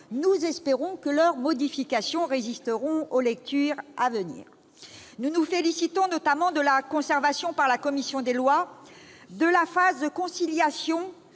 Nous espérons que leurs modifications résisteront aux lectures à venir. Nous nous félicitons notamment de la conservation par la commission des lois de la phase de conciliation